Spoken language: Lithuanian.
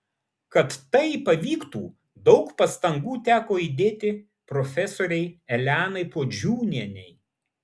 kad tai pavyktų daug pastangų teko įdėti profesorei elenai puodžiūnienei